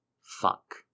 Fuck